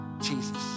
Jesus